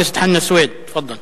חבר הכנסת חנא סוייד, תפאדל.